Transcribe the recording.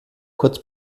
kurz